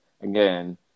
again